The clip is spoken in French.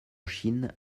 chine